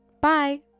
Bye